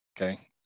okay